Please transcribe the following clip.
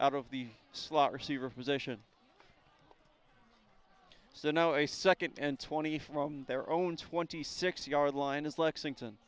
out of the slot receiver position so now a second and twenty from their own twenty six yard line is lexington